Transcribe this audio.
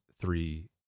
three